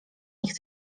nich